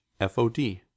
FOD